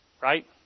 Right